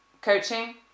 coaching